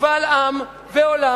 קבל עם ועולם,